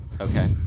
okay